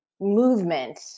movement